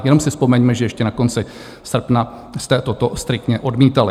Jenom si vzpomeňme, že ještě na konci srpna jste toto striktně odmítali.